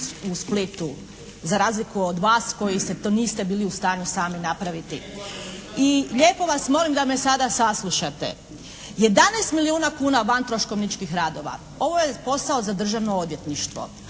u Splitu za razliku od vas koji ste, to niste bili u stanju sami napraviti. I lijepo vas molim da me sada saslušate. Jedanaest milijuna kuna van troškovničkih radova. Ovo je posao za Državno odvjetništvo,